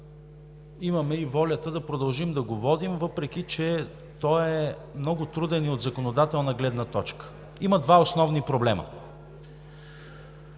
Имаме и волята да продължим да го водим, въпреки че той е много труден и от законодателна гледна точка. Има два основни проблема.